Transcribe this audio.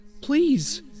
Please